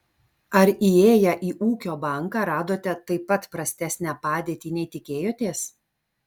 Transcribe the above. ar įėję į ūkio banką radote taip pat prastesnę padėtį nei tikėjotės